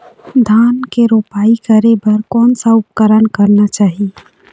धान के रोपाई करे बर कोन सा उपकरण करना चाही?